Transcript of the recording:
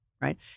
right